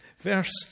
Verse